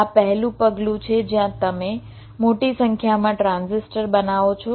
આ પહેલું પગલું છે જ્યાં તમે મોટી સંખ્યામાં ટ્રાન્ઝિસ્ટર બનાવો છો